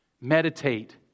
Meditate